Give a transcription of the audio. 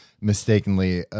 mistakenly